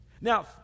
Now